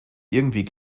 irgendwie